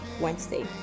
wednesday